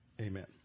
amen